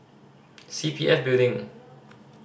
C P F Building